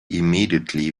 immediately